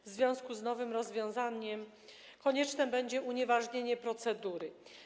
W związku z nowym rozwiązaniem konieczne będzie unieważnienie procedury.